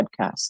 podcast